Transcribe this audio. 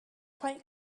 quite